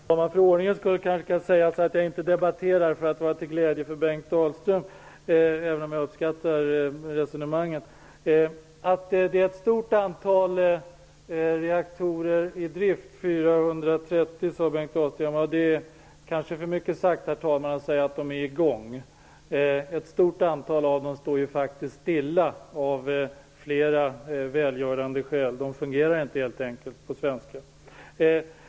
Herr talman! För ordningens skulle kanske bör sägas att jag inte debatterar för att vara till glädje för Bengt Dalström, även om jag uppskattar hans resonemang. Bengt Dalström säger att det är 430 reaktorer i drift. Det kanske är för mycket sagt, herr talman, att de är i gång. Ett stort antal av dem står faktiskt stilla av flera välgörande skäl -- de fungerar helt enkelt inte.